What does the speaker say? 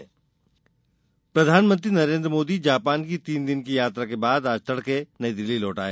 प्रधानमंत्री जापान प्रधानमंत्री नरेंद्र मोदी जापान की तीन दिन की यात्रा के बाद आज तड़के नई दिल्ली लौट आए